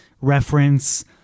reference